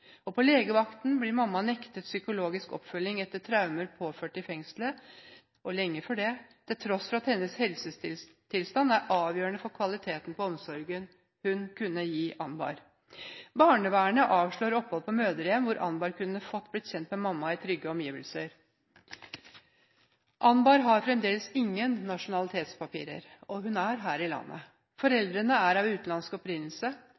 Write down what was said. På legevakten ble mamma nektet psykologisk oppfølging etter traumer påført i fengselet – og lenge før det – til tross for at hennes helsetilstand er avgjørende for kvaliteten på omsorgen hun kan gi Anbar. Barnevernet avslo opphold på mødrehjem, hvor Anbar kunne fått bli kjent med mamma i trygge omgivelser. Anbar har fremdeles ingen nasjonalitetspapirer – og hun er her i landet. Foreldrene er av utenlandsk opprinnelse.